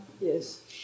Yes